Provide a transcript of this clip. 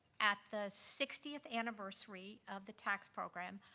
at the sixtieth anniversary of the tax program,